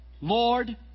Lord